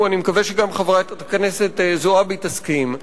אני מקווה שגם חברת הכנסת זועבי תסכים,